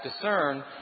discern